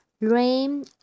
Rain